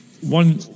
One